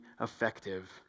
effective